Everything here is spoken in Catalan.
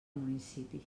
municipi